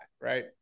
right